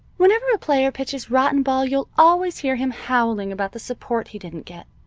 whenever a player pitches rotten ball you'll always hear him howling about the support he didn't get.